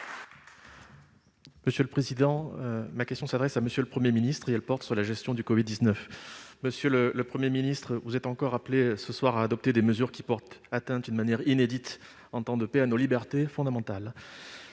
Monsieur le président, ma question s'adresse à M. le Premier ministre et porte sur la gestion du covid-19. Monsieur le Premier ministre, vous êtes encore appelé, ce soir, à annoncer des mesures qui portent atteinte, d'une manière inédite en temps de paix, à nos libertés fondamentales.